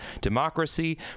democracy